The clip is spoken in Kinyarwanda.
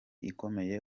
ikomeye